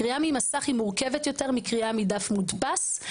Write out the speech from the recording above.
קריאה ממסך היא מורכבת יותר מקריאה מדף מודפס,